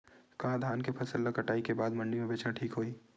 का धान के फसल ल कटाई के बाद मंडी म बेचना ठीक होही?